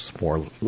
more